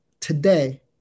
today